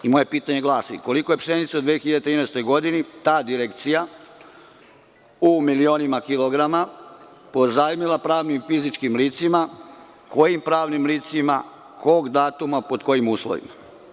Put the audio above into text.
Moje pitanje glasi: koliko je pšenice u 2013. godini ta direkcija, u milionima kilograma, pozajmila pravnim i fizičkim licima, kojim pravnim licima, kog datuma, pod kojim uslovima?